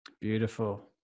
Beautiful